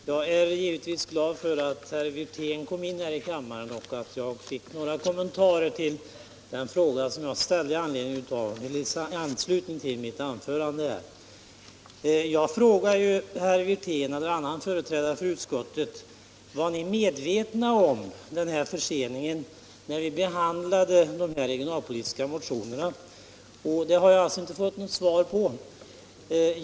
Herr talman! Jag är givetvis glad för att herr Wirtén kom in i kammaren och gjorde en del kommentarer med anledning av den fråga som jag ställde i mitt anförande. Jag frågade herr Wirtén eller annan företrädare för utskottet: Var ni medvetna om denna försening när vi behandlade de regionalpolitiska motionerna? Den frågan har jag alltså inte fått svar på.